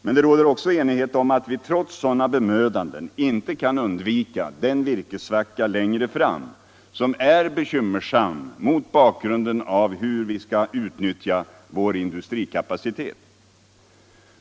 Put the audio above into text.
Men det råder också enighet om att vi trots sådana bemödanden inte kan undvika en virkessvacka längre fram, som är bekymmersam mot bakgrunden av hur vi skail utnyttja vår industrikapacitet.